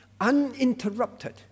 uninterrupted